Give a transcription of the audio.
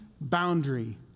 boundary